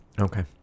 Okay